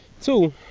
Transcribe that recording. Two